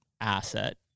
asset